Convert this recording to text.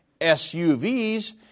SUVs